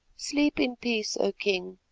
sleep in peace, o king,